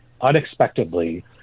unexpectedly